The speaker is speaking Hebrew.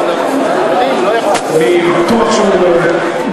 אני בטוח שהוא מדבר אמת.